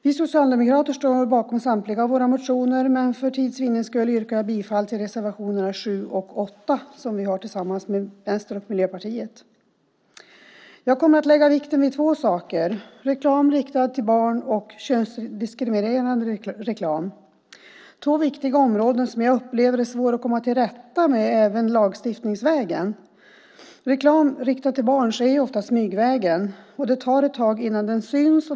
Vi socialdemokrater står bakom samtliga våra motioner, men för tids vinnande yrkar jag bifall bara till reservationerna 7 och 8 som vi har tillsammans med Vänstern och Miljöpartiet. I mitt anförande kommer jag att lägga vikt vid två saker: reklam riktad till barn samt könsdiskriminerande reklam. Det är två viktiga områden där jag upplever att det även lagstiftningsvägen är svårt att komma till rätta med förhållandena. Reklam riktad till barn sker ofta smygvägen. Det tar ett tag innan den syns.